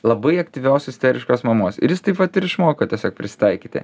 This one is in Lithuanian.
labai aktyvios isteriškos mamos ir jis taip vat ir išmoko tiesiog prisitaikyti